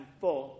four